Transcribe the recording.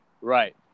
Right